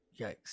Yikes